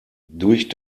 durch